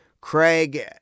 Craig